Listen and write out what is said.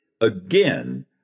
Again